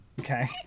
Okay